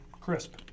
crisp